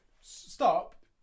stop